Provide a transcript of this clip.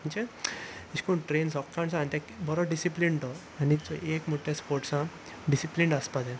म्हणजे अशें करून ट्रेन सकाळ सावन आनी तो बरो डिसिप्लंड तो आनी चोय एक म्हणटा ते स्पोर्ट्सा डिसिप्लिन्ड आसपाक जाय